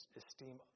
esteem